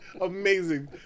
amazing